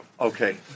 Okay